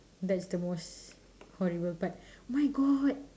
that's the most horrible part my god